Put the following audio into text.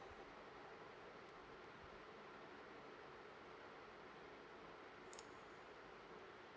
uh